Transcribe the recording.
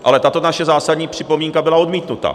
Ale tato naše zásadní připomínka byla odmítnuta.